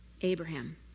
Abraham